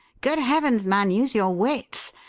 good heavens, man, use your wits!